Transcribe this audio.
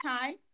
time